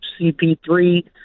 CP3